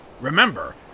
Remember